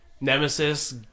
nemesis